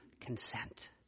consent